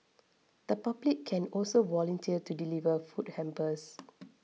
the public can also volunteer to deliver food hampers